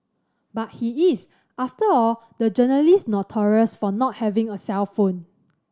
but he is after all the journalist notorious for not having a cellphone